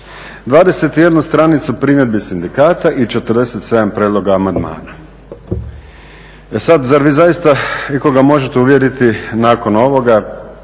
21 stranicu primjedbi sindikata i 47 prijedloga amandmana. E sad, zar vi zaista ikoga možete uvjeriti nakon ovoga